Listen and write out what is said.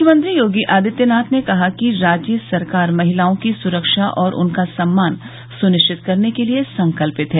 मुख्यमंत्री योगी आदित्यनाथ ने कहा कि राज्य सरकार महिलाओं की सुरक्षा और उनका सम्मान सुनिश्चित करने के लिए संकल्पित है